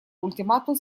ультиматум